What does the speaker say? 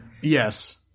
Yes